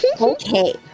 Okay